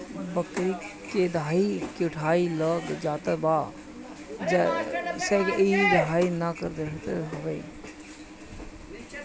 बकरी के देहि में अठइ लाग जात बा जेसे इ देहि ना धरत हवे